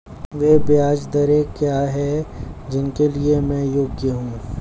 वे ब्याज दरें क्या हैं जिनके लिए मैं योग्य हूँ?